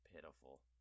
pitiful